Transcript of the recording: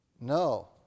No